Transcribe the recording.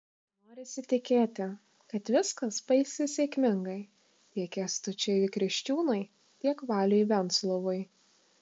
norisi tikėti kad viskas baigsis sėkmingai tiek kęstučiui kriščiūnui tiek valiui venslovui